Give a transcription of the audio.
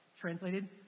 Translated